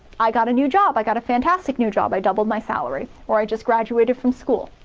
i got a new job i got a fantastic new job, i doubled my salary. or, i just graduated from school.